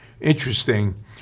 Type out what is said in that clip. interesting